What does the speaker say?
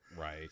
Right